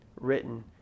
written